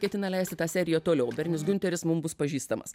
ketina leisti tą seriją toliau bernis giunteris mums bus pažįstamas